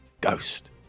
Ghost